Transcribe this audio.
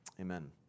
Amen